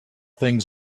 things